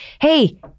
hey